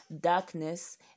darkness